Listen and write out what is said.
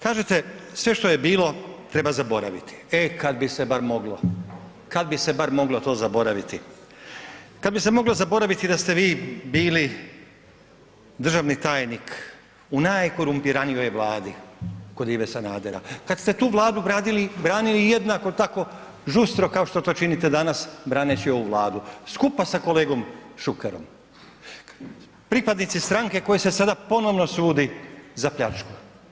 Kažete sve što je bilo treba zaboraviti, e kad bi se bar moglo, kad bi se bar moglo to zaboraviti, kad bi se moglo zaboraviti da ste vi bili državni tajnik u najkorumpiranijoj Vladi kod Ive Sanadera, kad ste tu Vladu branili jednako tako žustro kao što to činite danas braneći ovu Vladu skupa sa kolegom Šukerom, pripadnici stranke kojoj se sada ponovno sudi za pljačku.